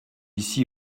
ici